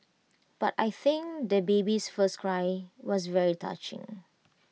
but I think the baby's first cry was very touching